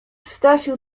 stasiu